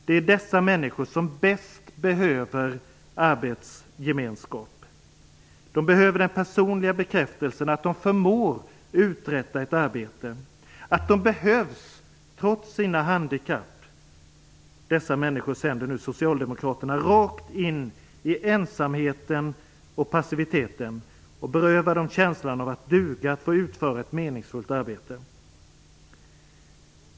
Det är dessa människor som bäst behöver arbetsgemenskap. De behöver den personliga bekräftelsen som ligger i att de förmår uträtta ett arbete, de behöver veta att de behövs, trots sina handikapp. Dessa människor sänder nu Socialdemokraterna rakt in i ensamheten och passiviteten. Man berövar dem känslan av att duga, att få utföra ett meningsfullt arbete.